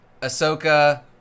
ahsoka